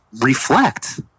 reflect